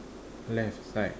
left right